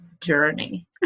journey